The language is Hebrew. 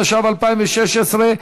התשע"ו 2016,